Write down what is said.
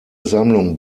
sammlung